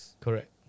Correct